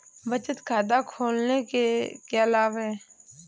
बचत खाता खोलने के क्या लाभ हैं?